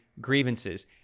grievances